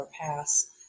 pass